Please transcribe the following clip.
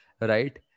right